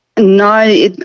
No